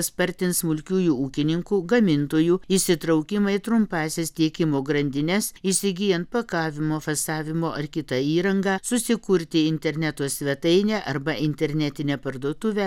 spartins smulkiųjų ūkininkų gamintojų įsitraukimą į trumpąsias tiekimo grandines įsigyjant pakavimo fasavimo ar kitą įrangą susikurti interneto svetainę arba internetinę parduotuvę